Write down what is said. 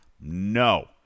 No